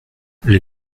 les